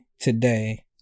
today